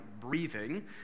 breathing